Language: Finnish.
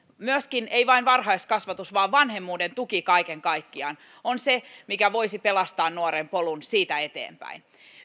ei vain varhaiskasvatus vaan vanhemmuuden tuki kaiken kaikkiaan on se mikä voisi pelastaa nuoren polun siitä eteenpäin